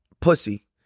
pussy